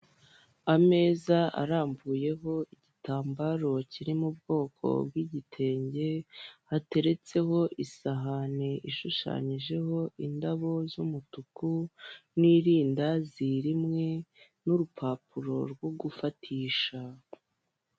Ameza arambuyeho igitambaro kiri mu bwoko bw'igitenge, hateretseho isahani ishushanyijeho indabo z'umutuku n'irindazi rimwe n'urupapuro rwo gufatisha.